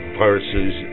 versus